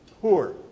poor